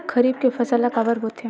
खरीफ के फसल ला काबर बोथे?